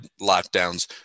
lockdowns